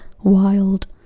wild